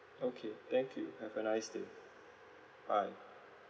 okay thank you have a nice day bye